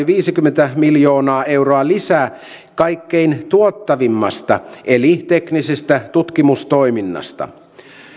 viisikymmentä miljoonaa euroa lisää kaikkein tuottavimmasta eli teknisestä tutkimustoiminnasta